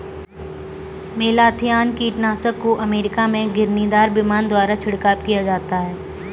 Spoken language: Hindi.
मेलाथियान कीटनाशक को अमेरिका में घिरनीदार विमान द्वारा छिड़काव किया जाता है